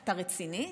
אתה רציני?